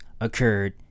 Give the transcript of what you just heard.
occurred